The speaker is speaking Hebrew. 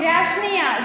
קריאה שנייה.